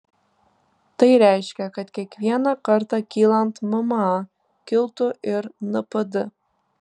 tai reiškia kad kiekvieną kartą kylant mma kiltų ir npd